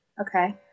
okay